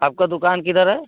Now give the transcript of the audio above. آپ کا دکان کدھر ہے